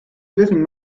living